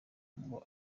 ngo